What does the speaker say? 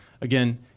Again